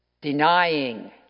denying